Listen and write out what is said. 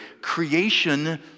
creation